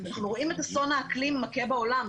אנחנו רואים את אסון האקלים מכה בעולם,